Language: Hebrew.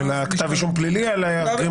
יש כתב אישום פלילי וכולי.